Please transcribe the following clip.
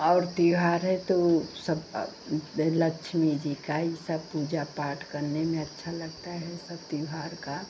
और त्योहार है तो सब लक्ष्मी जी का यह सब पूजा पाठ करने में अच्छा लगता है सब त्योहार का